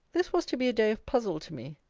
this was to be a day of puzzle to me.